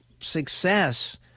success